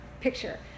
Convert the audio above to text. picture